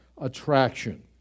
attraction